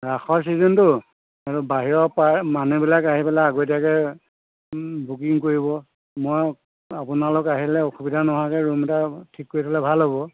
ৰাসৰ ছিজনটো আৰু বাহিৰৰ পৰা মানুহবিলাক আহি পেলাই আগতীয়াকে বুকিং কৰিব মই আপোনালোক আহিলে অসুবিধা নোহোৱাকে ৰুম এটা ঠিক কৰি থ'লে ভাল হ'ব